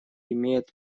имеет